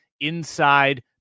inside